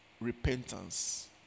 repentance